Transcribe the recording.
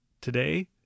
Today